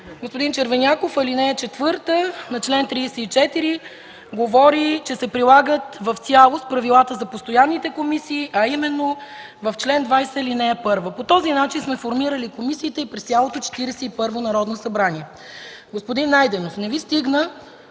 Господин Червеняков, ал. 4 на чл. 34 говори, че се прилагат в цялост правилата за постоянните комисии, именно в чл. 20, ал. 1. По този начин сме формирали комисиите през цялото Четиридесет и първо Народно събрание. Господин Найденов, не Ви стигнаха